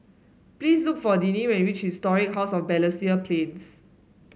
please look for Deane when you reach Historic House of Balestier Plains